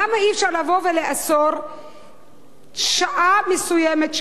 למה אי-אפשר לבוא ולאסור שעה מסוימת,